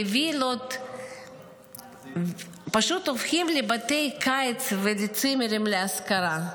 וילות פשוט הופכות לבתי קיץ ולצימרים להשכרה.